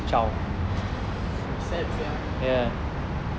sad sia